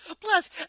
Plus